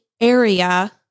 area